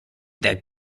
that